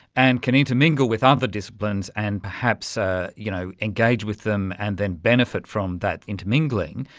and can intermingle with other disciplines and perhaps ah you know engage with them and then benefit from that intermingling.